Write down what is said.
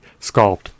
sculpt